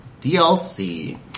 DLC